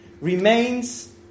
remains